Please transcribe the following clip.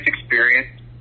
experience